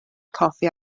coffi